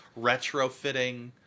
retrofitting